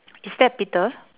is that Peter